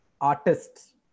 artists